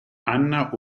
anna